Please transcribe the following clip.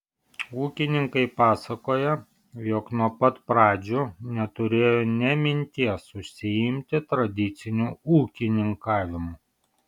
ūkininkai pasakoja jog nuo pat pradžių neturėjo nė minties užsiimti tradiciniu ūkininkavimu